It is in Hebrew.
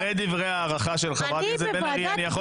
אחרי דברי ההערכה של חברת הכנסת בן ארי אני יכול